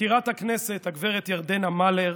מזכירת הכנסת הגב' ירדנה מלר